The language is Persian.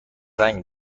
رنگ